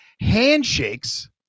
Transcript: handshakes